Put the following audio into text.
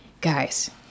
guys